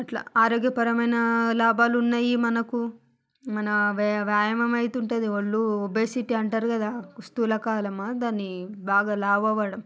అట్లా ఆరోగ్యపరమైన లాభాలు ఉన్నాయి మనకు మన వ్యా వ్యాయామమైతుంటుంది ఒళ్ళు ఒబెసిటీ అంటారు కదా స్థూలకాలమా దాని బాగా లావవ్వడం